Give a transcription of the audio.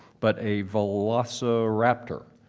but a velociraptor.